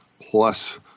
plus